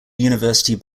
university